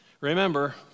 remember